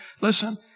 Listen